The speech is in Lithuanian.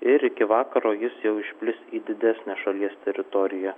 ir iki vakaro jis jau išplis į didesnę šalies teritoriją